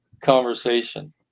conversation